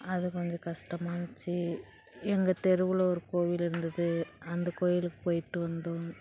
அது கொஞ்சம் கஷ்டமா இருந்துச்சு எங்கள் தெருவில் ஒரு கோயில் இருந்தது அந்த கோயிலுக்கு போய்விட்டு வந்தோம்